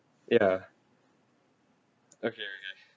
ya okay okay